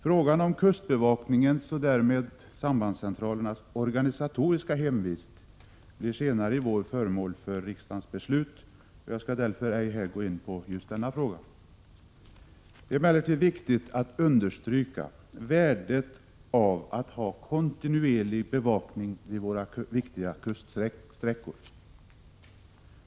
Frågan om kustbevakningens och därmed också sambandscentralernas organisatoriska hemvist blir senare i vår föremål för riksdagens beslut. Jag skall därför ej här gå in på just denna fråga. Det är emellertid viktigt att understryka värdet av en kontinuerlig bevakning på viktiga kuststräckor.